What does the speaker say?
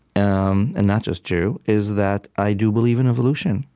um and not just jew, is that i do believe in evolution,